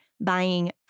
buying